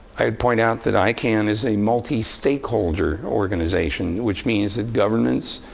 i'd point out that icann is a multi-stakeholder organization, which means that governments,